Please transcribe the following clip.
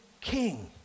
king